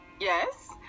yes